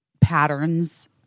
patterns